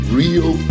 real